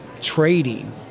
trading